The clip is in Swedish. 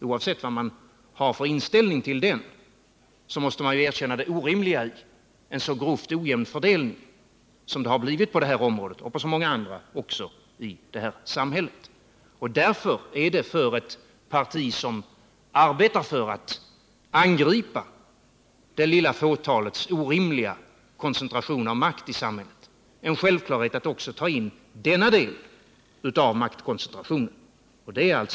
Oavsett vad man har för inställning till den processen måste man erkänna det orimliga i en så grovt ojämn fördelning som det har blivit i fråga om jordägandet och på så många andra områden också i samhället. Därför är det för ett parti som arbetar för att angripa det lilla fåtalets orimliga koncentration av makt en självklarhet att också ta in den del av maktkoncentrationen som fideikommissinstitutionen utgör.